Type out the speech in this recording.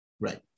Right